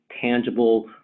tangible